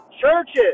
churches